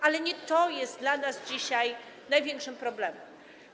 Ale nie to jest dla nas dzisiaj największym problemem.